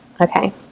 Okay